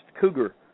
cougar